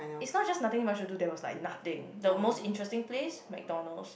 is not just nothing much to do there were like nothing the most interesting place McDonalds